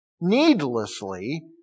needlessly